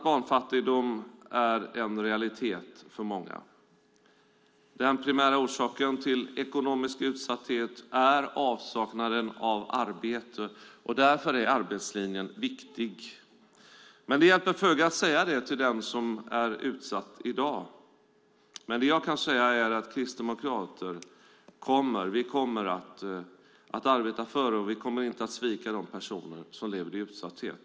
Barnfattigdomen är en realitet för många. Den primära orsaken till ekonomisk utsatthet är avsaknad av arbete. Därför är arbetslinjen viktig. Det hjälper dock föga att säga det till den som är utsatt i dag. Vi kristdemokrater kommer inte att svika de personer som lever i utsatthet.